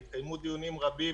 התקיימו דיונים רבים,